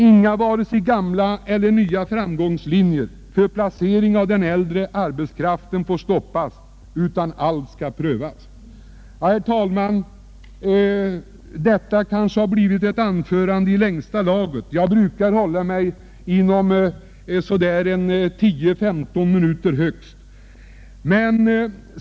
Inga vare sig gamla eller nya framkomstmöjligheter för placering av den äldre arbetskraften får stoppas, utan allt skall prövas. Herr talman! Detta kanske har blivit ett anförande i längsta laget; jag brukar begränsa mina anföranden till 10 eller högst 15 minuter.